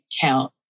count